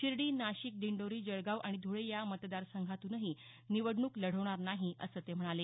शिर्डी नाशिक दिंडोरी जळगाव आणि धुळे या मतदार संघातूनही निवडणूक लढवणार नाही असं ते म्हणाले